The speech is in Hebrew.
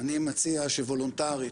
אני מציע שוולונטרית,